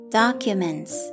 documents